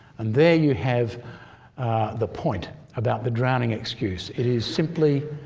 and there you have the point about the drowning excuse. it is simply,